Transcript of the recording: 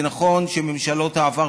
זה נכון שממשלות העבר,